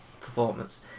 performance